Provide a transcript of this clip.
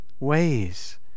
ways